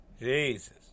Jesus